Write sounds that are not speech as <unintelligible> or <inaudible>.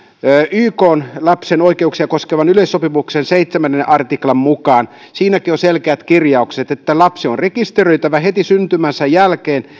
ykn lapsen oikeuksia koskevan yleissopimuksen seitsemännen artiklan mukaan siinäkin on selkeät kirjaukset lapsi on rekisteröitävä heti syntymänsä jälkeen <unintelligible>